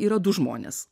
yra du žmonės